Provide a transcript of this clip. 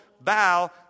bow